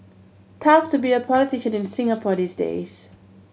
tough to be a politician in Singapore these days